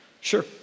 Sure